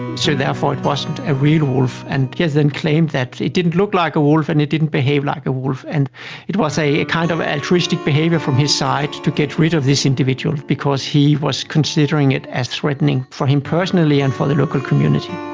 so therefore it wasn't a real wolf. and he has then claimed that it didn't look like a wolf and it didn't behave like a wolf. and it was a a kind of altruistic behaviour from his side to get rid of this individual because he was considering it as threatening for him personally and for the local community.